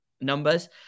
numbers